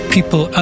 People